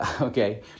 okay